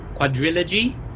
quadrilogy